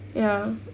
ya